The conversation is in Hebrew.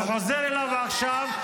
הוא חוזר אליו עכשיו,